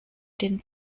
den